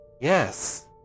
Yes